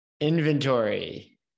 inventory